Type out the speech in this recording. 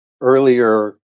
earlier